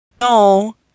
No